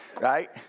right